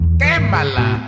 quémala